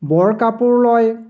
বৰ কাপোৰ লয়